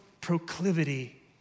proclivity